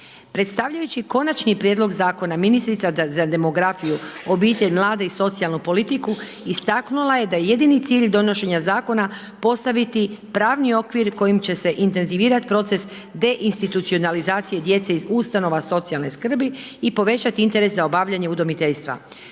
Predstavljajući konačni prijedlog zakona ministrica za demografiju, obitelj, mlade i socijalnu politiku istaknula je da je jedini cilj donošenja zakona postaviti pravni okvir kojim će se intenzivirati proces deinstitucionalizacije djece iz ustanova socijalne skrbi i povećati interes za obavljanje udomiteljstva.